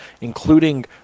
including